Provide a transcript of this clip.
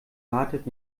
wartet